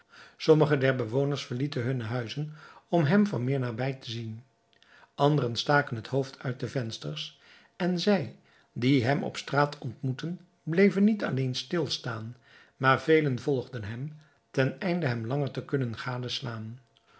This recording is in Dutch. sommigen der bewoners verlieten hunne huizen om hem van meer nabij te zien anderen staken het hoofd uit de vensters en zij die hem op straat ontmoetten bleven niet alleen stilstaan maar velen volgden hem ten einde hem langer te kunnen gadeslaan